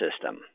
system